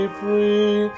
free